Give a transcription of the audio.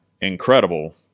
incredible